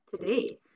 today